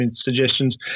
suggestions